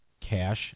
cash